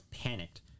panicked